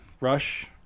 rush